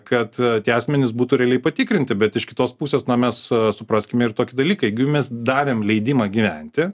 kad tie asmenys būtų realiai patikrinti bet iš kitos pusės nuo mes supraskime ir tokį dalyką mes davėm leidimą gyventi